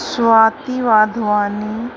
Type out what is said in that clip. Swati Wadhwani